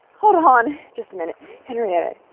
hold on just a minute henrietta.